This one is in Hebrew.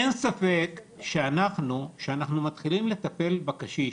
אין ספק שאנחנו, כשאנחנו מתחילים לטפל בקשיש,